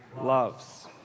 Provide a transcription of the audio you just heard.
loves